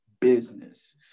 business